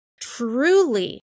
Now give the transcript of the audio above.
truly